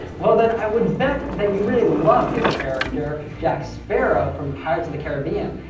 well, then i would bet that you really love his character jack sparrow from pirates of the caribbean.